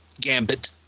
Gambit